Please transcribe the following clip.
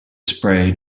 sprayed